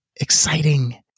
exciting